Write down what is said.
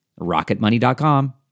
Rocketmoney.com